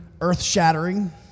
earth-shattering